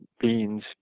beans